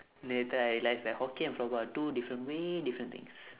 later I realise that hockey and floorball are two different way different things